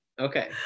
Okay